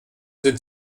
sind